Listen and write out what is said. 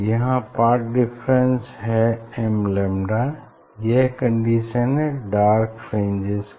यहाँ path difference है m lambda यह कंडीशन हैं डार्क फ्रिंजेस की